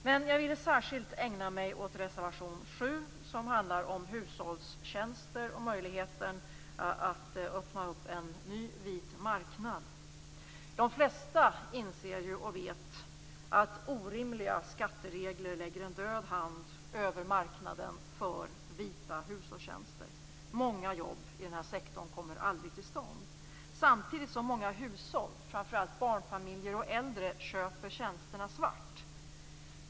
Men jag vill särskilt ägna mig åt reservation 7, som handlar om hushållstjänster och möjligheten att öppna en ny vit marknad. De flesta inser ju, och vet, att orimliga skatteregler lägger en död hand över marknaden för vita hushållstjänster. Många jobb inom den här sektorn kommer aldrig till stånd. Samtidigt köper många hushåll, framför allt barnfamiljer och äldre, tjänsterna svart.